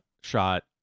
shot